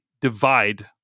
divide